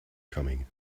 coming